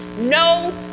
no